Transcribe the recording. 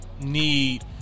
need